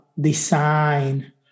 design